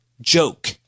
joke